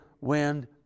wind